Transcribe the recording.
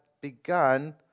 begun